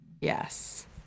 Yes